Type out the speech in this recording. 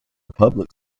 public